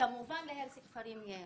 וכמובן להרס כפרים יש